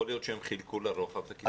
יכול להיות שהם חילקו לרוחב את הכיתה.